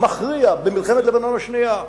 מכריע במלחמת לבנון השנייה,